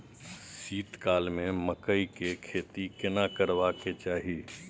शीत काल में मकई के खेती केना करबा के चाही?